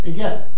Again